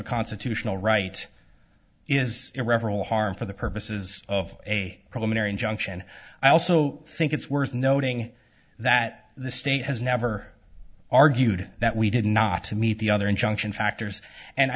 a constitutional right is irreparable harm for the purposes of a preliminary injunction i also think it's worth noting that the state has never argued that we did not meet the other injunction factors and i